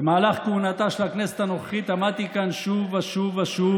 במהלך כהונתה של הכנסת הנוכחית עמדתי כאן שוב ושוב ושוב